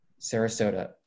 Sarasota